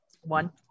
one